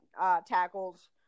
tackles